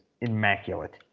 immaculate